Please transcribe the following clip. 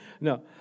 No